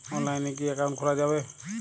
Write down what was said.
অনলাইনে কি অ্যাকাউন্ট খোলা যাবে?